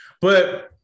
but-